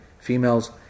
females